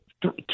two